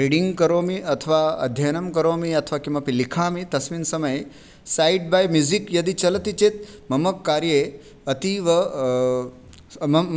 reading करोमि अथवा अध्ययनं करोमि अथवा किमपि लिखामि तस्मिन् समये सैड् बैय् म्यूज़िक् यदि चलति चेत् मम कार्ये अतीव